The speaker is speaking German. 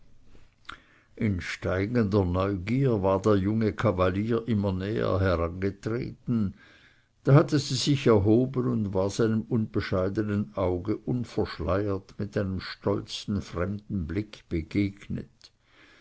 in steigender neugier war der junge kavalier immer näher herangetreten da hatte sie sich erhoben und war seinem unbescheidenen auge unverschleiert mit einem stolzen fremden blicke begegnet